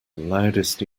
loudest